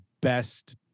best